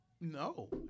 No